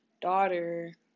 daughter